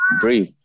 breathe